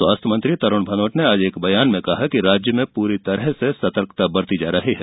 स्वास्थ्य मंत्री तरूण भनोट ने आज एक बयान में कहा कि राज्य में पूरी तरह से सर्तकता बरती जा रही है